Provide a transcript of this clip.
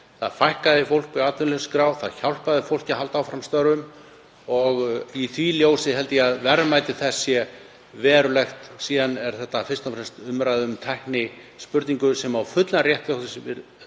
Það fækkaði fólki á atvinnuleysisskrá, það hjálpaði fólki að halda áfram störfum og í því ljósi held ég að verðmæti þess sé verulegt. Síðan er þetta fyrst og fremst umræða um tæknispurningu sem á fullan rétt á sér,